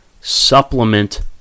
supplement